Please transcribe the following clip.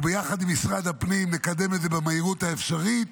וביחד עם משרד הפנים נקדם את זה במהירות האפשרית.